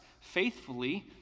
faithfully